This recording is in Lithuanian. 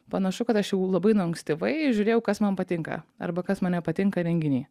panašu kad aš jau labai nuo ankstyvai žiūrėjau kas man patinka arba kas man nepatinka renginy